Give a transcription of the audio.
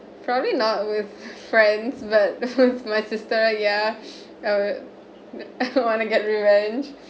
probably not with friends but with my sister ya I'll I want to get revenge